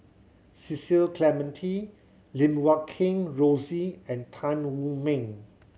Cecil Clementi Lim Guat Kheng Rosie and Tan Wu Meng